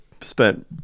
spent